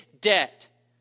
debt